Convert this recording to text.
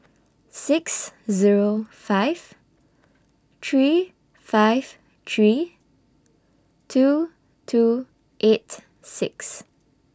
six Zero five three five three two two eight six